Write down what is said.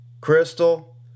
Crystal